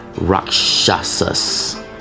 Rakshasas